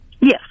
Yes